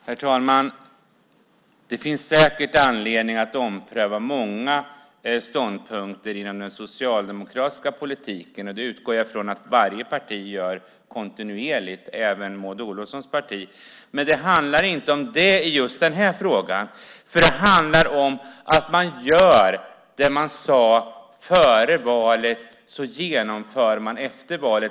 Herr talman! Det finns säkert anledning att ompröva många ståndpunkter inom den socialdemokratiska politiken. Det utgår jag från att varje parti gör kontinuerligt, även Maud Olofssons parti. Men det handlar inte om det i just den här frågan. Det handlar om att det man sade före valet genomför man efter valet.